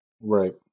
Right